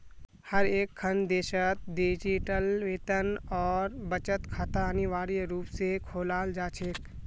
हर एकखन देशत डिजिटल वेतन और बचत खाता अनिवार्य रूप से खोलाल जा छेक